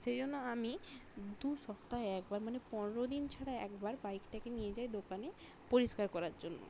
সেই জন্য আমি দু সপ্তাহে একবার মানে পনেরো দিন ছাড়া একবার বাইকটাকে নিয়ে যাই দোকানে পরিষ্কার করার জন্য